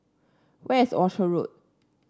where is Orchard Road